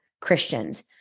Christians